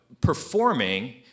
performing